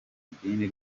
idini